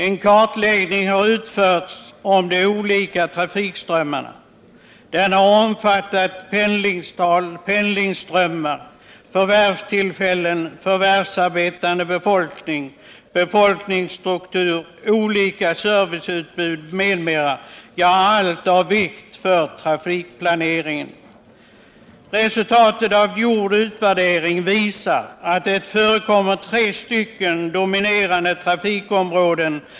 En kartläggning av de olika trafikströmmarna har omfattat pendlingstal, pendlingsströmmar, förvärvstillfällen, förvärvsarbetande befolkning, befolkningsstruktur, olika serviceutbud — ja, allt som är av vikt för trafikplaneringen. En gjord utvärdering visar att det förekommer tre dominerande trafikområden.